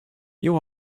you